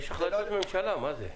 יש החלטת ממשלה, מה זה?